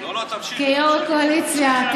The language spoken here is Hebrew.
כיו"ר הקואליציה.